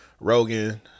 Rogan